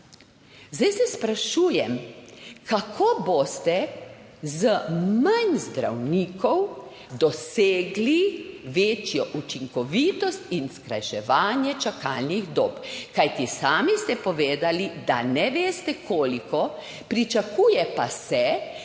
Zdaj se sprašujem, kako boste z manj zdravnikov dosegli večjo učinkovitost in skrajševanje čakalnih dob. Kajti sami ste povedali, da ne veste, koliko, pričakuje pa se,